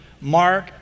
Mark